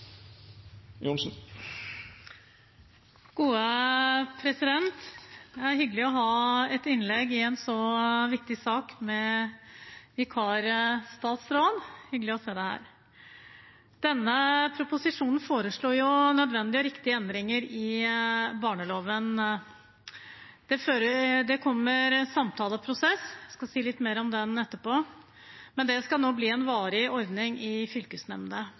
er hyggelig å ha et innlegg i en så viktig sak med vikarstatsråd. Hyggelig å se henne her. Denne proposisjonen foreslår nødvendige og riktige endringer i barnevernsloven. Det kommer samtaleprosess – jeg skal si mer om det etterpå, men det skal nå bli en varig ordning i